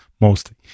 mostly